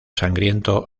sangriento